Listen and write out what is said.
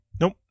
Nope